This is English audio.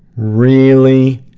really,